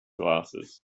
glasses